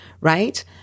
right